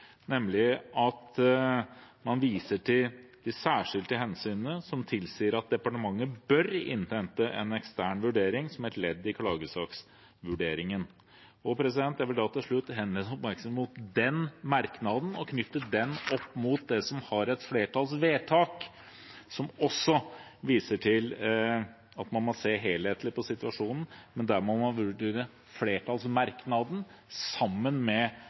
nemlig at man viser til de særskilte hensynene som tilsier at departementet bør innhente en ekstern vurdering som et ledd i klagesaksvurderingen. Jeg vil til slutt henlede oppmerksomheten mot den merknaden og knytte den opp mot det som blir et flertallsvedtak, som også viser til at man må se helhetlig på situasjonen. Der må man vurdere flertallsmerknaden sammen med